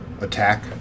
attack